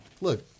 Look